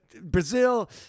Brazil